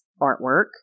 artwork